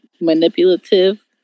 manipulative